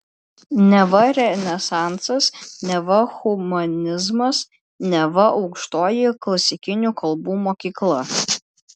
neva renesansas neva humanizmas neva aukštoji klasikinių kalbų mokykla